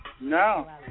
No